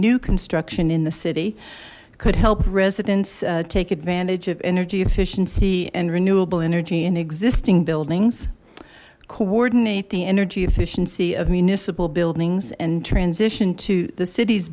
new construction in the city could help residents take advantage of energy efficiency and renewable energy in existing buildings coordinate the energy efficiency of municipal buildings and transition to the city's